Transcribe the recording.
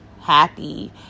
happy